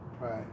Right